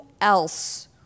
else